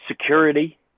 security